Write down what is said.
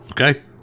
Okay